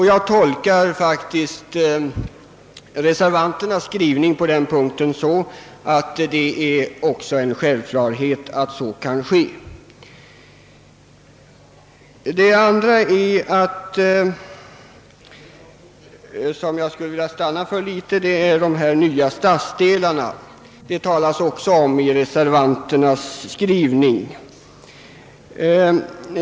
Jag tolkar faktiskt reservanternas skrivning på den punkten så att ett sådant förfaringssätt blir naturligt. För det tredje skulle jag vilja uppehålla mig något vid frågan om de nya stadsdelarna, vilka också omnämns i reservationen.